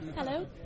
Hello